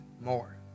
more